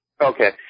Okay